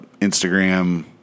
instagram